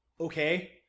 okay